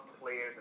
players